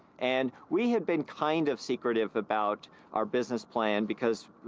and we had been kind of secretive about our business plan, because